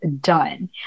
done